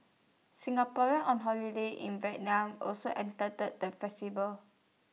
Singaporeans on holiday in Vietnam also attended the festival